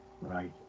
Right